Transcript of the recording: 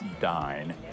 dine